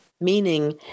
meaning